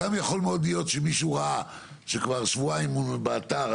להיות שמישהו ראה שכבר שבועיים הוא באתר,